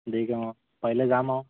দেৰিকৈ অঁ পাৰিলে যাম আৰু